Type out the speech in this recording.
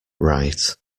right